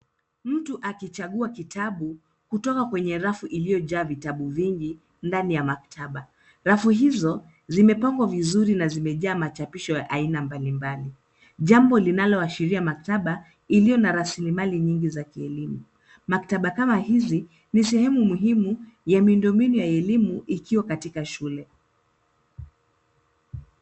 Mtu akichagua kitabu kutoka kwenye rafu iliyojaa vitabu vingi ndani ya maktaba. Rafu hizo zimepangwa vizuri na zimejaa machapisho ya aina mbali mbali jambo linaloashiria maktaba iliyo na rasilmali nyingi za kielimu. Maktaba kama hizi ni sehemu muhimu ya miundo mbinu ya elimu ikiwa katika shule.